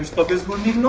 book is